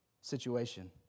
situation